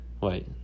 wait